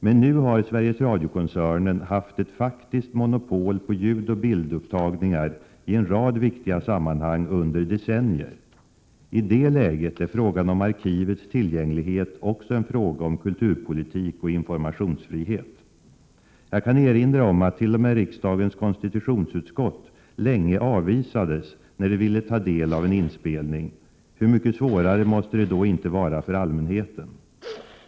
Men nu har Sveriges Radio-koncernen haft ett faktiskt monopol på ljudoch bildupptagningar i en rad viktiga sammanhang under decennier. I det läget är frågan om arkivets tillgänglighet också en fråga om kulturpolitik och informationsfrihet. Jag kan erinra om att t.o.m. riksdagens konstitutionsutskott länge avvisades när det ville ta del av en inspelning. Hur mycket svårare måste det då inte vara för allmänheten!